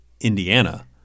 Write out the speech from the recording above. Indiana